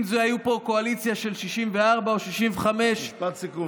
אם הייתה פה קואליציה של 64 או 65, משפט סיכום.